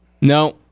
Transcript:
No